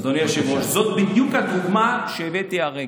אדוני היושב-ראש, זאת בדיוק הדוגמה שנתתי הרגע,